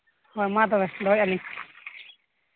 ᱦᱳᱭ ᱢᱟ ᱛᱚᱵᱮ ᱫᱚᱦᱚᱭᱮᱫᱼᱟᱹᱞᱤᱧ